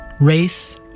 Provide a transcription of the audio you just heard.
Race